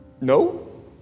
No